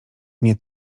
nie